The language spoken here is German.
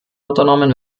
unternommen